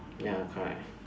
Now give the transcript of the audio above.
ya correct